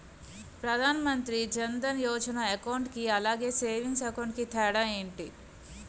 Pradhan Mantri Jan Dhan Yojana account కి అలాగే savings account కి తేడా ఏంటి?